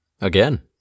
Again